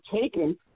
taken